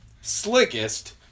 Slickest